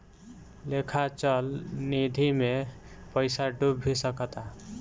लेखा चल निधी मे पइसा डूब भी सकता